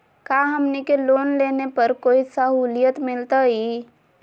का हमनी के लोन लेने पर कोई साहुलियत मिलतइ?